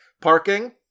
Parking